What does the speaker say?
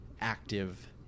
active